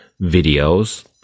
videos